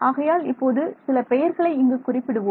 ஆகையால் இப்போது சில பெயர்களை இங்கு குறிப்பிடுவோம்